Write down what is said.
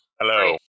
Hello